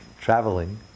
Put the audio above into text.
traveling